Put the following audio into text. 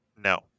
No